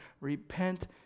repent